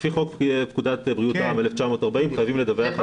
לפי חוק פקודת בריאות העם 1940 חייבים לדווח על המחלה.